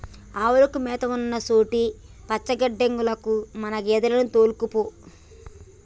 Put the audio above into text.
ఆవులకు మేత ఉన్నసొంటి పచ్చిగడ్డిలకు మన గేదెలను తోల్కపో